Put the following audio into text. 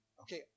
okay